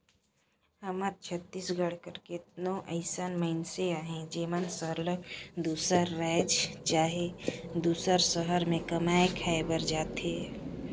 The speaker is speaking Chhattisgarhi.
हमर छत्तीसगढ़ कर केतनो अइसन मइनसे अहें जेमन सरलग दूसर राएज चहे दूसर सहर में कमाए खाए बर जाथें